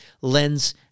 lens